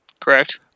Correct